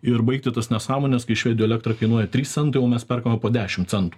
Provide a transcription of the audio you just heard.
ir baigti tas nesąmones kai švedijoj elektra kainuoja trys centai o mes perkame po dešim centų